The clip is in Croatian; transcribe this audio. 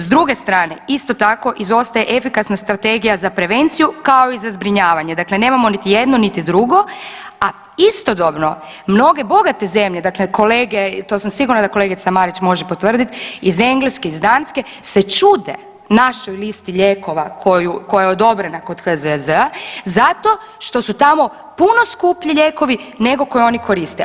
S druge strane isto tako izostaje efikasna strategija za prevenciju kao i za zbrinjavanje, dakle nemamo niti jedno niti drugo, a istodobno mnoge bogate zemlje, dakle kolege to sam sigurna da kolegica Marić može potvrdit, iz Engleske, iz Danske se čude našoj listi lijekova koja je odobrena kod HZJZ zato što su tamo puno skuplji lijekovi nego koje oni koriste.